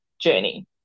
journey